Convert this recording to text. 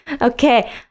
Okay